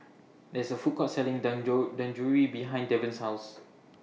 There IS A Food Court Selling behind Devan's House